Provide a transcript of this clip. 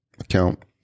account